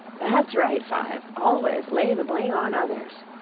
that's right, five! always lay the blame on others